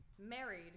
married